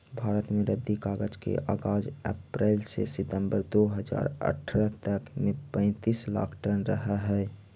भारत में रद्दी कागज के आगाज अप्रेल से सितम्बर दो हज़ार अट्ठरह तक में पैंतीस लाख टन रहऽ हई